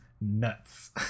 Nuts